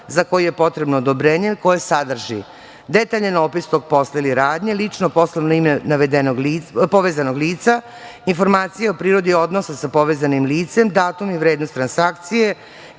za koji je potrebno odobrenje koje sadrži: detaljan opis tog posla ili radnje, lično poslovno ime povezanog lica, informacije o prirodi odnosa sa povezanim licem, datum i vrednost transakcije,